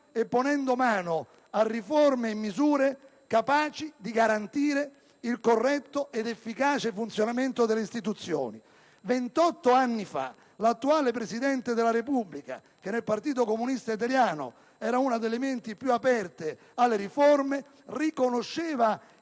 e ponendo mano a riforme e misure capaci di garantire il corretto ed efficace funzionamento delle istituzioni. Ventotto anni fa, l'attuale Presidente della Repubblica, che nel Partito comunista italiano era una delle menti più aperte alle riforme, riconosceva